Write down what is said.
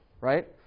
right